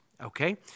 okay